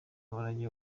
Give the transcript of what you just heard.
umurage